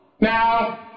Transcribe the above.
Now